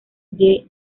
the